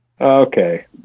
okay